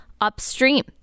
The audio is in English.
upstream